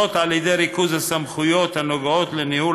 על ידי ריכוז הסמכויות הנוגעות בניהול